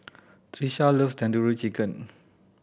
Tricia loves Tandoori Chicken